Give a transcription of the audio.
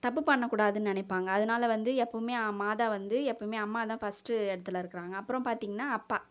தப்பு பண்ண கூடாதுன்னு நினைப்பாங்க அதனால வந்து எப்போமே மாதா வந்து எப்போமே அம்மா தான் பர்ஸ்ட் இடத்துல இருக்கிறாங்க அப்புறம் பார்த்திங்கனா அப்பா